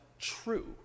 true